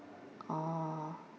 orh